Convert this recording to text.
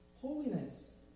Holiness